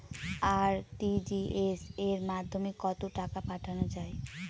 RTGS এর মাধ্যমে কত টাকা পাঠানো যায়?